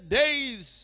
days